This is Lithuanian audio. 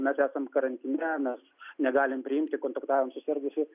mes esam karantine mes negalim priimti kontaktavom su sirgusiu